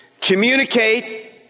communicate